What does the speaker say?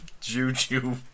Juju